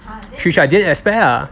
which I didn't expect lah